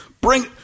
Bring